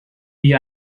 wie